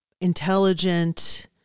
Intelligent